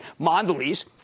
Mondelez-